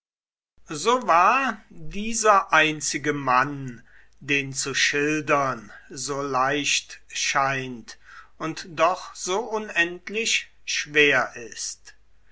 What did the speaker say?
so war dieser einzige mann den zu schildern so leicht scheint und doch so unendlich schwer ist